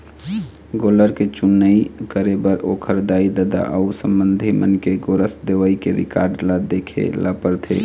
गोल्लर के चुनई करे बर ओखर दाई, ददा अउ संबंधी मन के गोरस देवई के रिकार्ड ल देखे ल परथे